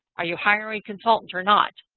are you hiring consultants or not?